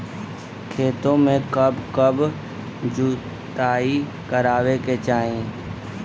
खेतो में कब कब जुताई करावे के चाहि?